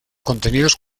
contenidos